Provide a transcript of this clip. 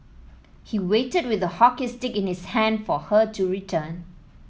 he waited with a hockey stick in his hand for her to return